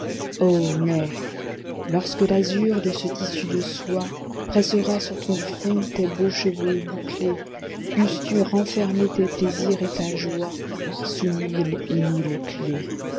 lorsque l'azur de ce tissu de soie pressera sur ton front tes beaux cheveux bouclés eusses tu renfermé tes plaisirs et ta joie sous mille et